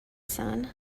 son